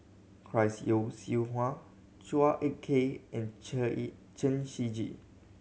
Chris Yeo Siew Hua Chua Ek Kay and Chen Shiji